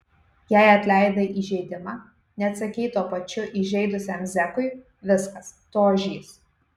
jei atleidai įžeidimą neatsakei tuo pačiu įžeidusiam zekui viskas tu ožys